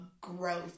growth